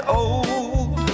old